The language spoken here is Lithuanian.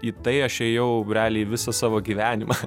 į tai aš ėjau realiai visą savo gyvenimą